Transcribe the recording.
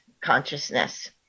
consciousness